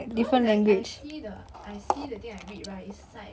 I don't know like I see the I see the thing I read right is like